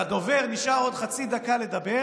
לדובר נשארה עוד חצי דקה לדבר,